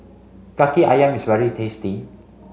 Kaki Ayam is very tasty